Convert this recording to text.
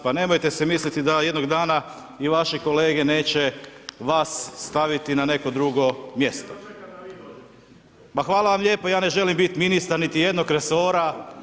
Pa nemojte se misliti da jednoga dana i vaši kolege neće vas staviti na neko drugo mjesto. … [[Upadica se ne razumije.]] Ma hvala vam lijepo, ja ne želim biti ministar niti jednog resora.